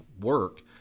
work